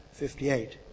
58